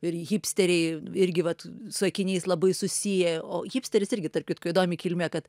ir hipsteriai irgi vat su akiniais labai susiję o hipsteris irgi tarp kitko įdomi kilme kad